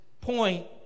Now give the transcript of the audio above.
point